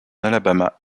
alabama